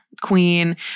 Queen